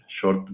short